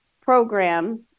program